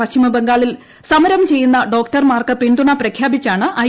പശ്ചിമബംഗാളിൽ സമരം ചെയ്യുന്ന ഡോക്ടർമാർക്ക് പിന്തുണ പ്രഖ്യാപിച്ചാണ് ഐ